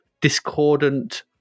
discordant